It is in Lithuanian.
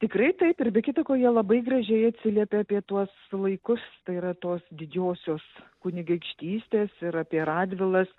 tikrai taip ir be kita ko jie labai gražiai atsiliepė apie tuos laikus tai yra tos didžiosios kunigaikštystės ir apie radvilas